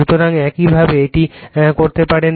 সুতরাং এইভাবে এটি করতে পারেন